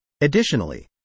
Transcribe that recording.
Additionally